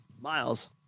Miles